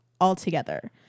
altogether